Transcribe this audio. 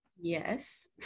Yes